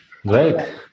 Great